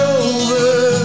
over